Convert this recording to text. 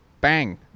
Bang